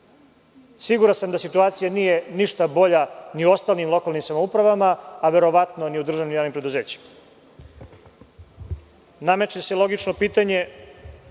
Siguran sam da situacija nije ništa bolja ni u ostalim lokalnim samoupravama, a verovatno ni u državnim javnim preduzećima. Nameće se logično pitanje